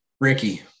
Ricky